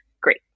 Great